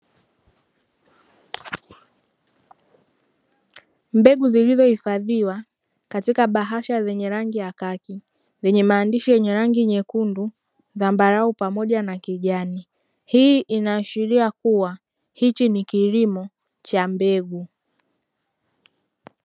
Mbegu zilizo hifadhiwa katika bahasha yenye rangi ya kaki, yenye maandishi yenye rangi nyekundu, zambarau pamoja na kijani, hii ina ashiria Kuwa hiki ni kilimo cha mbegu.